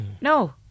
no